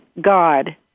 God